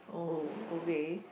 oh okay